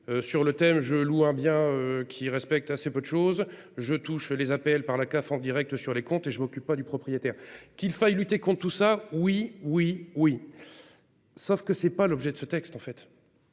Sur le thème je vois bien qui respecte assez peu de choses je touche les APL par la CAF en Direct sur les comptes et je ne m'occupe pas du propriétaire qu'il faille lutter con tout ça oui oui oui. Sauf que c'est pas l'objet de ce texte en fait.